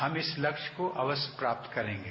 हम इस लक्ष्य को अवश्य प्राप्त करेंगे